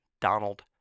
Donald